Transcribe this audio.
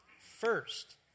First